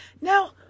Now